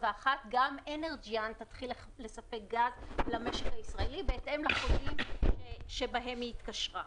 גם אנרג'יאן תתחיל לספק גז למשק הישראלי בהתאם לחוזים שבהם היא התקשרה.